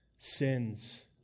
Sins